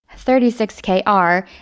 36KR